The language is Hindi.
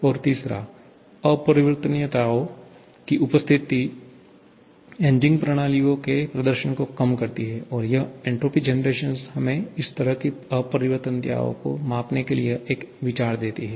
3 और तीसरा अपरिवर्तनीयताओं की उपस्थिति इंजीनियरिंग प्रणालियों के प्रदर्शन को कम करती है और यह एन्ट्रापी जनरेशन हमें इस तरह की अपरिवर्तनीयताओं को मापने के लिए एक विचार देती है